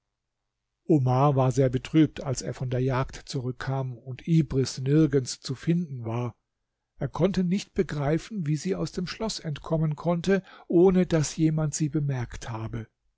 omar war sehr betrübt als er von der jagd zurückkam und ibris nirgends zu finden war er konnte nicht begreifen wie sie aus dem schloß entkommen konnte ohne daß jemand sie bemerkt habe